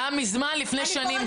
היה מזמן, גם לפני שנים.